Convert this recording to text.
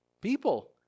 people